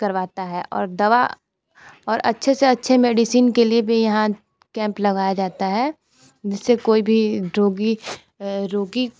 करवाता है और दवा और अच्छे से अच्छे मेडिसिन के लिए भी यहाँ कैंप लगवाया जाता है जैसे कोई भी रोगी रोगी